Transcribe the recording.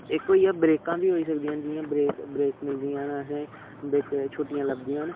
इक होई गेआ ब्रेकां बी होई सकदियां न जियां ब्रेक ब्रेक मिलदियां न असेंगी बिच्च छुट्टियां लभदियां न